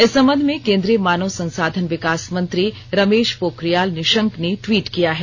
इस संबंध में केन्द्रीय मानव संसाधन विकास मंत्री रमेष पोखरियाल निषंक ने ट्वीट किया है